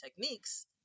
techniques